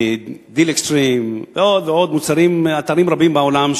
מ"דיל אקסטרים" ועוד ועוד אתרים רבים בעולם.